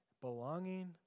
belonging